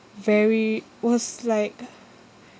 very was like